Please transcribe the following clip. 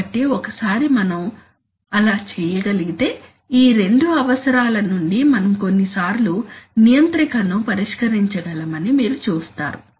కాబట్టి ఒకసారి మనం అలా చేయగలిగితే ఈ రెండు అవసరాల నుండి మనం కొన్నిసార్లు నియంత్రికను పరిష్కరించగలమని మీరు చూస్తారు